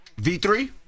V3